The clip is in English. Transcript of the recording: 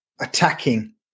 attacking